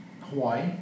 Hawaii